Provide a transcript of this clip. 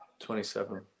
27